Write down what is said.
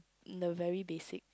in the very basic